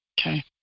okay